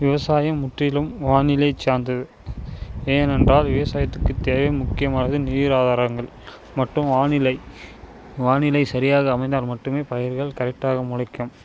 விவசாயம் முற்றிலும் வானிலைச் சார்ந்தது ஏனென்றால் விவசாயத்துக்கு தேவை முக்கியமானது நீர் ஆதாரங்கள் மற்றும் வானிலை வானிலை சரியாக அமைந்தால் மட்டுமே பயிர்கள் கரெக்டாக முளைக்கும்